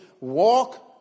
Walk